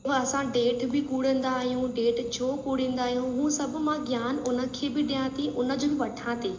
असां ॾेठ बि पुणंदा आहियूं ॾेठ छो पुणंदा आहियूं उहे सभ मां ज्ञानु उन खे बि ॾियां थी उन जो बि वठां थी